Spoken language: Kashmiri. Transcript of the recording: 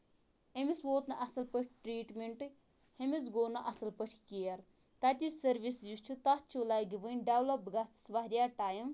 أمِس ووٚت نہٕ اَصٕل پٲٹھۍ ٹریٖٹمینٹہٕ ہُمِس گوٚو نہٕ اَصٕل پٲٹھۍ کِیر تَتہِ یُس سٔروِس یُس چھ تَتھ لگہِ ؤنہِ ڈیولَپ گژھ واریاہ ٹایم